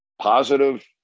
positive